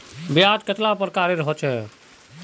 ब्याज कतेला प्रकारेर होचे?